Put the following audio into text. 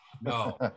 no